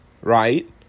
right